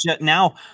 Now